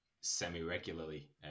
semi-regularly